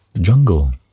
Jungle